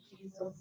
Jesus